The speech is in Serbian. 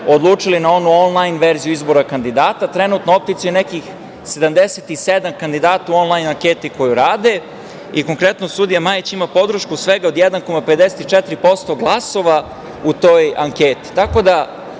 odlučili na onu on-lajn verziju izbora kandidata. Trenutno je u opticaju nekih 77 kandidata u on-lajn anketi koju rade. Konkretno, sudija Majić ima podršku od svega 1,54% glasova u toj anketi. Tako